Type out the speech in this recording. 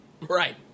Right